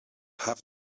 have